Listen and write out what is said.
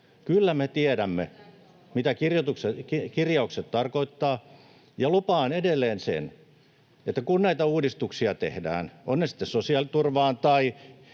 Kyllä me tiedämme, mitä kirjaukset tarkoittavat, ja lupaan edelleen, että kun näitä uudistuksia tehdään — on ne sitten sosiaaliturvaan tai